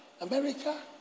America